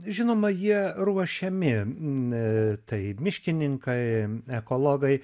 žinoma jie ruošiami tai miškininkai ekologai